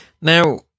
Now